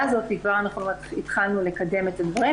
מקבלת אותה גם,